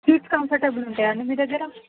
seats comfortable ఉంటాయా అండి మీ దగ్గర